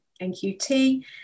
NQT